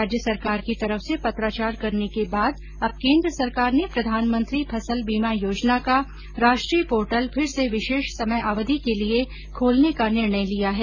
राज्य सरकार की तरफ से पत्राचार करने के बाद अब केंद्र सरकार ने प्रधानमंत्री फसल बीमा योजना का राष्ट्रीय पोर्टल फिर से विशेष समय अवधि के लिए खोलने का निर्णय लिया है